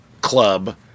club